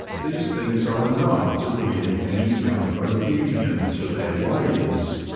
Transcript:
these things are enough to win any young bohemian to their ways,